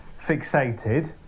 fixated